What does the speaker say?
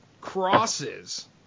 crosses